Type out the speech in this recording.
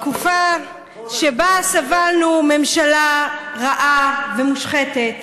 תקופה שבה סבלנו ממשלה רעה ומושחתת.